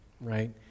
right